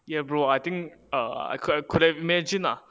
ya bro I think uh I could I could imagine lah